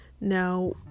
now